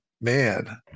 man